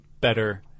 better